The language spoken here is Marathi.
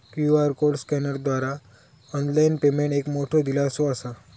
क्यू.आर कोड स्कॅनरद्वारा ऑनलाइन पेमेंट एक मोठो दिलासो असा